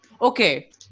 Okay